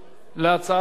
הצעת החוק.